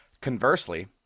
Conversely